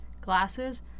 glasses